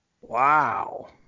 Wow